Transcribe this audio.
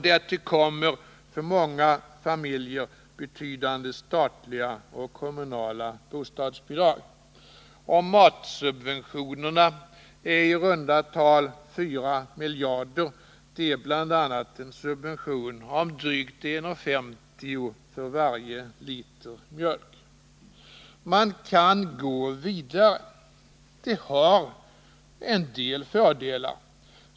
Därtill kommer för många familjer betydande statliga och kommunala bostadsbidrag. Och matsubventionerna är i runda tal 4 miljarder. Det är bl.a. en subvention på drygt 1:50 kr. för varje liter mjölk. Vi kan gå vidare. Det skulle ha en del fördelar.